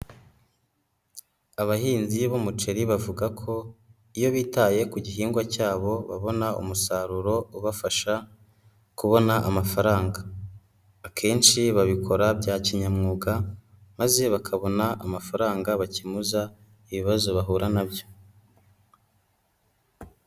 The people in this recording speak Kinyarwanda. Abahinzi b'umuceri bavuga ko iyo bitaye ku gihingwa cyabo babona umusaruro ubafasha kubona amafaranga, akenshi babikora bya kinyamwuga, maze bakabona amafaranga bakemuza ibibazo bahura na byo.